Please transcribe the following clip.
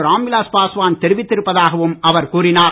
ராம் விலாஸ் பாஸ்வான் தெரிவித்திருப்பதாகவும் அவர் கூறினார்